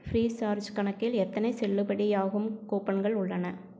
Freecharge கணக்கில் எத்தனை செல்லுபடியாகும் கூப்பன்கள் உள்ளன